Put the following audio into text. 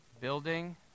building